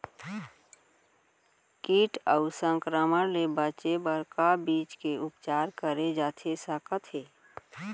किट अऊ संक्रमण ले बचे बर का बीज के उपचार करे जाथे सकत हे?